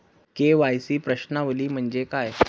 KYC प्रश्नावली म्हणजे काय?